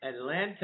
Atlanta